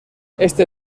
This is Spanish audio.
este